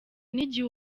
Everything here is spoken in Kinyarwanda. n’igihe